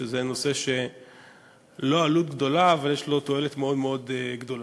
שזה נושא שהוא ללא עלות גדולה אבל יש לו תועלת מאוד מאוד גדולה.